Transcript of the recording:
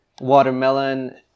watermelon